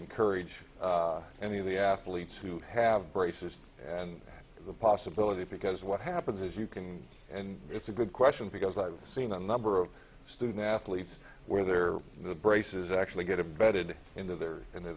encourage any of the athletes who have braces and the possibility because what happens is you can and it's a good question because i've seen a number of student athletes wear their the braces actually get abetted into their and othe